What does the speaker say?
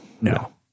no